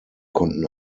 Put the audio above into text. konnten